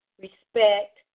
respect